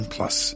Plus